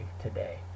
today